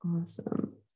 Awesome